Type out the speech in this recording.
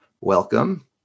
Welcome